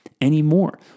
anymore